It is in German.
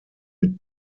mit